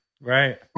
Right